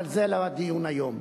אבל זה לא הדיון היום.